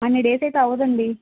అన్ని డేస్ అయితే అవదండీ